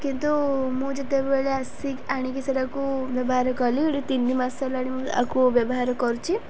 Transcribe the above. କିନ୍ତୁ ମୁଁ ଯେତେବେଳେ ଆସି ଆଣିକି ସେଇଟାକୁ ବ୍ୟବହାର କଲି ଗୋଟେ ତିନି ମାସ ହେଲାଣି ମୁଁ ଆକୁ ବ୍ୟବହାର କରୁଛି